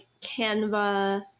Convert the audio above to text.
Canva